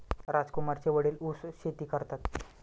राजकुमारचे वडील ऊस शेती करतात